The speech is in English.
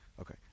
okay